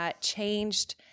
changed